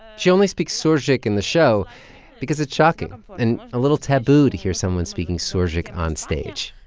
she only speaks surzhyk in the show because it's shocking and a little taboo to hear someone speaking surzhyk on stage.